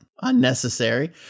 unnecessary